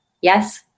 Yes